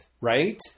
right